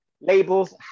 labels